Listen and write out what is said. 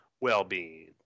well-being